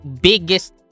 biggest